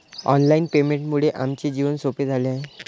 online पेमेंटमुळे आमचे जीवन सोपे झाले आहे